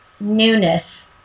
newness